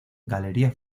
galería